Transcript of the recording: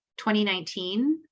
2019